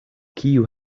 kiu